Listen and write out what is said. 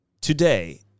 Today